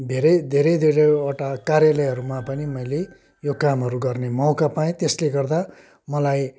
धेरै धेरैवटा कार्यलयहरूमा पनि मैले काम गर्ने मौका पाएँ त्यसले गर्दा मलाई